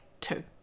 two